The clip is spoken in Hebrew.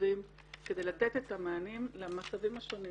חשובים כדי לתת את המענים למצבים השונים.